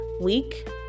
week